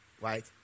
right